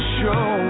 show